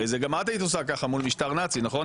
הרי גם את היית עושה ככה מול משטר נאצי, נכון?